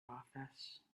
office